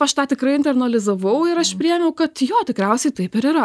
aš tą tikrai internalizavau ir aš priėmiau kad jo tikriausiai taip ir yra